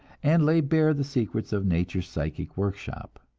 and lay bare the secrets of nature's psychic workshop.